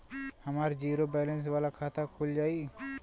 हमार zero balance वाला खाता खुल जाई?